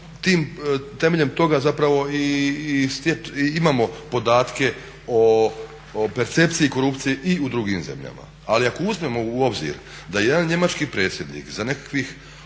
onda temeljem toga zapravo i imamo podatke o percepciji korupcije i u drugim zemljama. Ali ako uzmemo u obzir da jedan njemački predsjednik za nekakvih